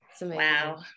Wow